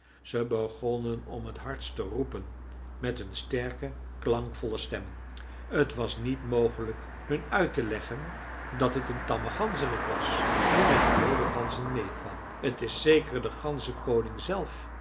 ze begonnen om het hardst te roepen met hun sterke klankvolle stemmen t was niet mogelijk hun uit te leggen dat het een tamme ganzerik was die met de wilde ganzen meê kwam t is zeker de ganzenkoning zelf